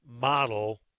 model